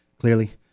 clearly